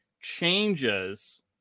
changes